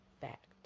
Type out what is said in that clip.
fact